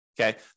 Okay